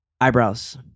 Eyebrows